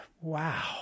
Wow